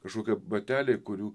kažkokie bateliai kurių